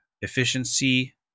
efficiency